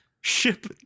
ship